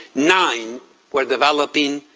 nine were developing,